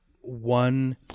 one